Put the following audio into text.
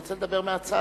והוא רוצה לדבר מהצד,